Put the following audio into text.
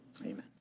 Amen